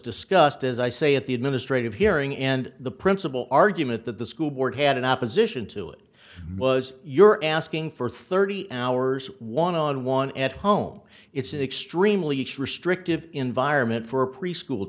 discussed as i say at the administrative hearing and the principal argument that the school board had in opposition to it was you're asking for thirty hours one on one at home it's an extremely restrictive environment for a preschool